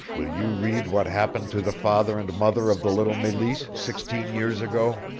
will you read what happened to the father and mother of the little meleese sixteen years ago?